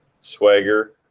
swagger